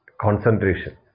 concentration